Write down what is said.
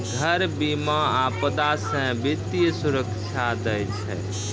घर बीमा, आपदा से वित्तीय सुरक्षा दै छै